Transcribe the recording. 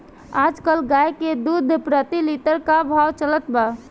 आज कल गाय के दूध प्रति लीटर का भाव चलत बा?